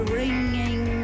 ringing